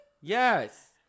Yes